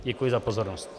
Děkuji za pozornost.